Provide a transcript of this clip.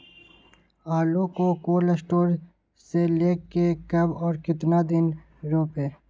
आलु को cold store से ले के कब और कितना दिन बाद रोपे?